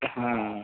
हाँ